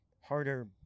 harder